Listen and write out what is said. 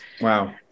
Wow